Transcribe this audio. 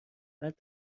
بعد